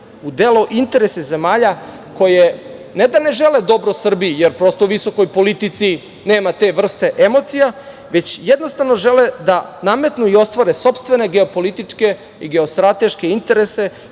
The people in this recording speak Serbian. u delo interese zemalja koje ne da ne žele dobro Srbiji, jer prosto u visokoj politici nema te vrste emocija, već jednostavno žele da nametnu i ostvare svoje sopstvene geopolitičke i geostrateške interese,